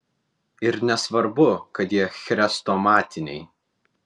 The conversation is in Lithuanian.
ir nesvarbu kad jie chrestomatiniai